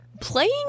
Playing